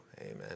Amen